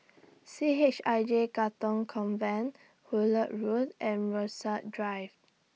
C H I J Katong Convent Hullet Road and Rasok Drive